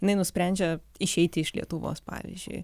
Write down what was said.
jinai nusprendžia išeiti iš lietuvos pavyzdžiui